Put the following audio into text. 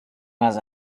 was